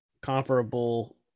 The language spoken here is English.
Comparable